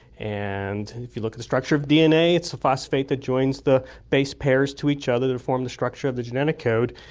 and if you look at the structure of dna it's the phosphate that joins the base pairs to each other to form the structure of the genetic code.